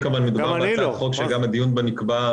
-- אלא שבאופן פורמלי מדובר בהצעת חוק שהדיון בו נקבע,